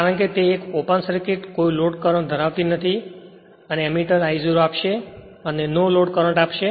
કારણ કે એક ઓપન સર્કિટ કોઈ લોડ કરંટ ધરાવતી નથી અને એમીટર I0 આપશે અને નો લોડ કરંટ આપશે